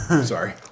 Sorry